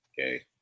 okay